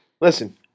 Listen